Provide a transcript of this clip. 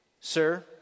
Sir